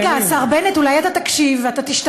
רגע, השר בנט, אולי אתה תקשיב ותשתכנע.